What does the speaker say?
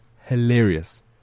hilarious